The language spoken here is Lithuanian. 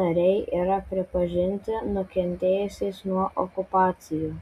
nariai yra pripažinti nukentėjusiais nuo okupacijų